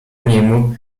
niemu